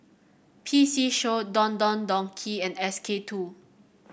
P C Show Don Don Donki and SK two